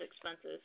expenses